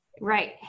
right